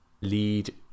lead